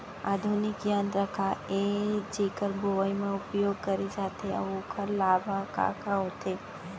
आधुनिक यंत्र का ए जेकर बुवाई म उपयोग करे जाथे अऊ ओखर लाभ ह का का होथे?